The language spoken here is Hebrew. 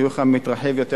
והחיוך היה מתרחב יותר,